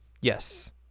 Yes